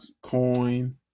Coin